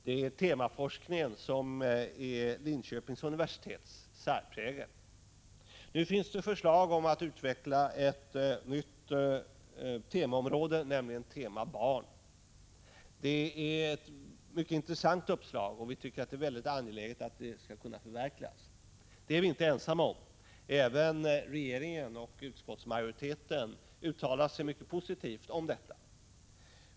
Det är temaforskningen som är Linköpings universitets särprägel. Nu finns det förslag om att utveckla ett nytt temaområde, nämligen tema Barn. Det är ett mycket intressant uppslag, och vi anser att det är angeläget att det kan förverkligas. Det är vi inte ensamma om; även regeringen och utskottsmajoriteten uttalar sig mycket positivt om detta.